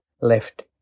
left